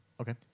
Okay